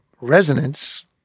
resonance